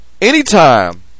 anytime